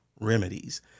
remedies